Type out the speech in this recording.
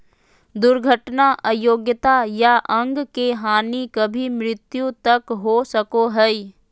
दुर्घटना अयोग्यता या अंग के हानि कभी मृत्यु तक हो सको हइ